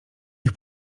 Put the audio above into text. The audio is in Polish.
ich